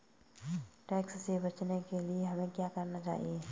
Tax से बचने के लिए हमें क्या करना चाहिए?